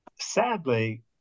sadly